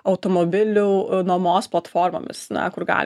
automobilių nuomos platformomis na kur galim